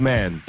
Man